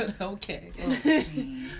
okay